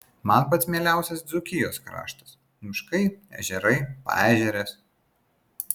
man pats mieliausias dzūkijos kraštas miškai ežerai paežerės